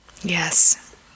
Yes